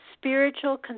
spiritual